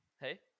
Hey